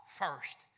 first